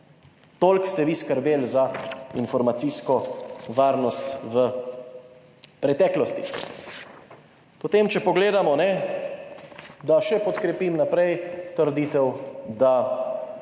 Toliko ste vi skrbeli za informacijsko varnost v preteklosti. Potem, če pogledamo, da še podkrepim naprej trditev, da